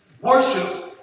worship